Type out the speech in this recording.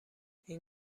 این